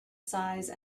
size